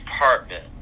department